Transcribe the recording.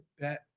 bet